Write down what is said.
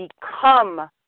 become